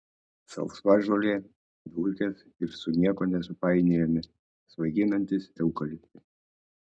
salsva žolė dulkės ir su niekuo nesupainiojami svaiginantys eukaliptai